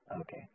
Okay